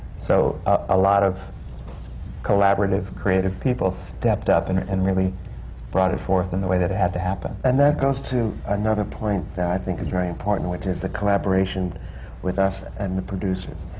so a lot of collaborative, creative people stepped up and and really brought it forth in the way that it had to happen. and that goes to another point that i think is very important, which is the collaboration with us and the producers.